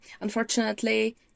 unfortunately